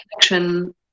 connection